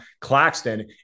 Claxton